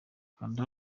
kanda